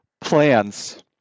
plans